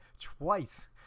twice